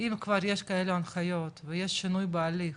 אם כבר יש כאלו הנחיות ויש שינוי בהליך,